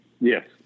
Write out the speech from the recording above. Yes